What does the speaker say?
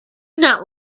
not